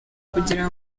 kugira